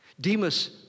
Demas